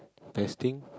testing